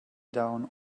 down